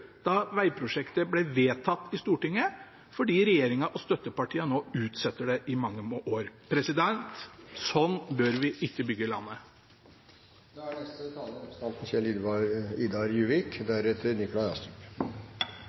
da vegprosjektet ble vedtatt i Stortinget, fordi regjeringen og støttepartiene nå utsetter det i mange år. Sånn bør vi ikke bygge